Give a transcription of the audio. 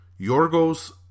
Yorgos